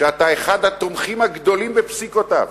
שאתה אחד התומכים הגדולים בפסיקותיו,